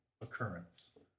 occurrence